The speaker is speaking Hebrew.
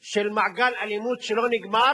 של מעגל אלימות שלא נגמר,